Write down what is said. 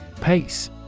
PACE